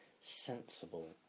sensible